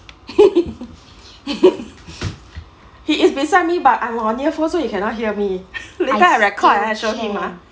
he is beside me but I'm on earphone so you cannot hear me later record ah I show him ah